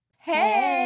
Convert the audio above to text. Hey